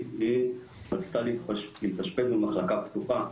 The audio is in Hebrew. היא רצתה להתאשפז במחלקה פתוחה.